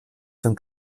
von